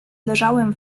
leżałem